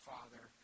Father